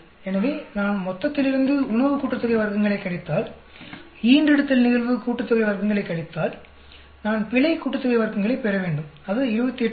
எனவே நான் மொத்தத்திலிருந்து உணவு கூட்டுத்தொகை வர்க்கங்களைக் கழித்தால் ஈன்றெடுத்தல் நிகழ்வு கூட்டுத் தொகை வர்க்கங்களைக் கழித்தால் நான் பிழை கூட்டுத்தொகை வர்க்கங்களைப் பெற வேண்டும் அது 28